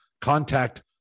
contact